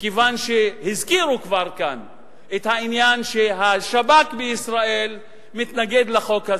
מכיוון שהזכירו כאן כבר את העניין שהשב"כ בישראל מתנגד לחוק הזה,